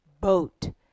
boat